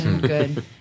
Good